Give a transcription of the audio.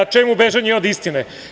Čemu bežanje od istine?